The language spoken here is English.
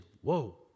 whoa